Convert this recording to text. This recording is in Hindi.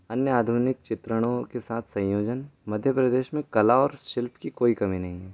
अन्य आधुनिक चित्रणों के साथ संयोजन मध्य प्रदेश में कला और शिल्प की कोई कमी नहीं है